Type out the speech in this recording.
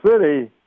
City